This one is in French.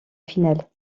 finale